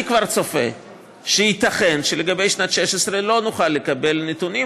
אני כבר צופה שייתכן שלגבי שנת 2016 לא נוכל לקבל נתונים,